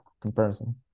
comparison